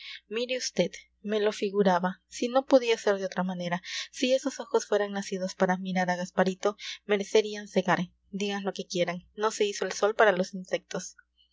mire vd me lo figuraba si no podía ser de otra manera si esos ojos fueran nacidos para mirar a gasparito merecerían cegar digan lo que quieran no se hizo el sol para los insectos